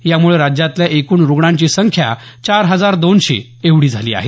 यामुळे राज्यातल्या एकूण रूग्णांची संख्या चार हजार दोनशे एवढी झाली आहे